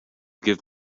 give